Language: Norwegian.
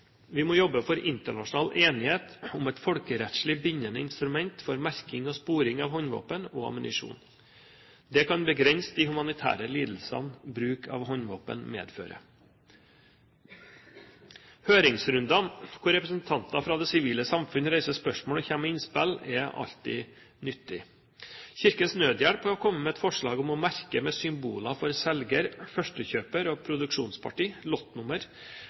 Vi må jobbe for internasjonal enighet om et folkerettslig bindende instrument for merking og sporing av håndvåpen og ammunisjon. Det kan begrense de humanitære lidelsene som bruk av håndvåpen medfører. Høringsrundene hvor representanter fra det sivile samfunn reiser spørsmål og kommer med innspill, er alltid nyttige. Kirkens Nødhjelp har kommet med et forslag om å merke med symboler for selger, førstekjøper og produksjonsparti